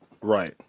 Right